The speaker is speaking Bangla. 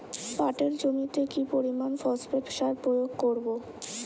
পাটের জমিতে কি পরিমান ফসফেট সার প্রয়োগ করব?